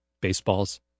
baseballs